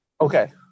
Okay